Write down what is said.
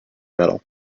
metal